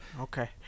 Okay